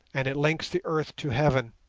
and it links the earth to heaven,